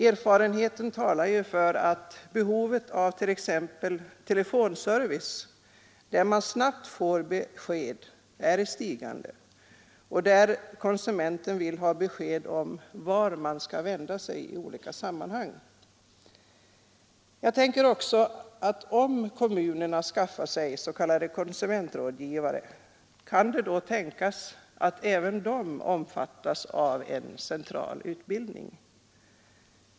Erfarenheten talar ju för att vi får räkna med ett ökat behov av t.ex. telefonservice, där konsumenten snabbt kan få besked om vart han kan vända sig i olika sammanhang. Och om kommunerna skaffar sig s.k. konsumentrådgivare, kan det då tänkas att även de omfattas av en central utbildning?